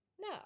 No